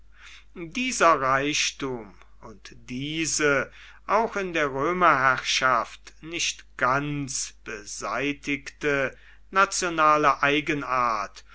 dieser reichtum und diese auch in der römerherrschaft nicht ganz beseitigte nationale eigenart